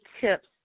tips